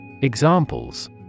Examples